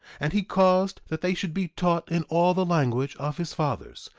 and he caused that they should be taught in all the language of his fathers,